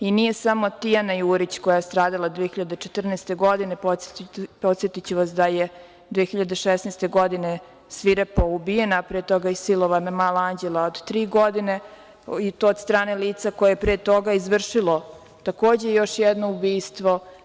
Nije samo Tijana Jurić, koja je stradala 2014. godine, podsetiću vas da je 2016. godine svirepo ubijena, a pre toga i silovana mala Anđela od tri godine i to od strane lica koje je pre toga izvršilo takođe još jedno ubistvo.